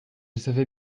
savais